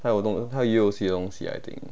她有东她又有些东西 I think